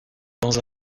dans